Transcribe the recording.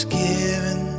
given